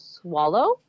swallow